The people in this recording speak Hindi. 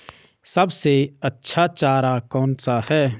सबसे अच्छा चारा कौन सा है?